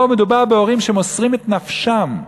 פה מדובר בהורים שמוסרים את נפשם.